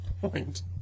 point